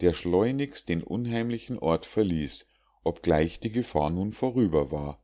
der schleunigst den unheimlichen ort verließ obgleich die gefahr nun vorüber war